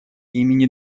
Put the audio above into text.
имени